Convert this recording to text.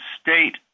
state